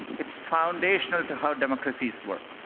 it's foundational to how democracies work.